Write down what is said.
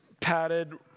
padded